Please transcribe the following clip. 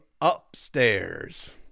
upstairs